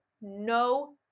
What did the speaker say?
no